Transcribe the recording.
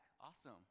awesome